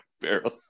barrel